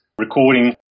recording